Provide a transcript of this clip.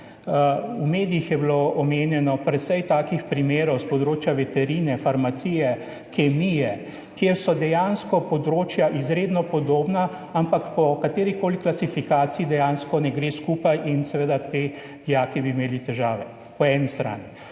V medijih je bilo omenjenih precej takih primerov s področja veterine, farmacije, kemije, kjer so dejansko področja izredno podobna, ampak po kateri koli klasifikaciji dejansko ne gre skupaj in bi seveda ti dijaki imeli po eni strani